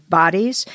bodies